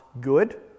good